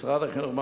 משרד החינוך,